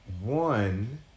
one